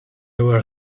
were